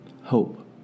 hope